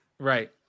right